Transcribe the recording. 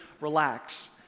Relax